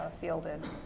fielded